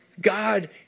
God